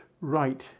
right